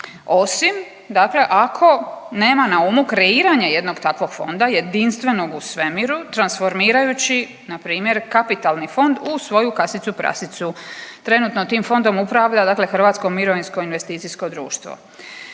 osim, dakle ako nema na umu kreiranje jednog takvog fonda, jedinstvenog u svemiru transformirajući na primjer kapitalni fond u svoju kasicu prasicu. Trenutno tim fondom upravlja dakle Hrvatsko mirovinsko investicijsko društvo.